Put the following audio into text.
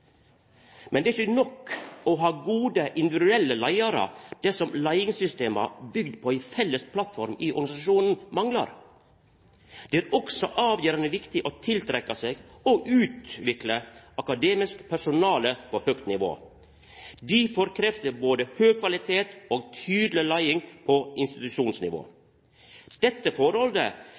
Men det er ikkje nok å ha gode individuelle leiarar, dersom leiingssystema bygde på ei felles plattform i organisasjonen manglar. Det er også avgjerande viktig å tiltrekkja seg og utvikla akademisk personale på høgt nivå. Difor krevst det både høg kvalitet og tydeleg leiing på institusjonsnivå. Dette forholdet